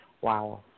wow